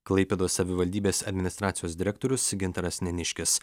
klaipėdos savivaldybės administracijos direktorius gintaras neniškis